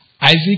Isaac